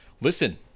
listen